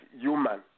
human